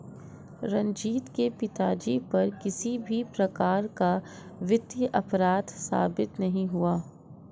रंजीत के पिताजी पर किसी भी प्रकार का वित्तीय अपराध साबित नहीं हुआ